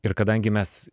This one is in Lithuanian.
ir kadangi mes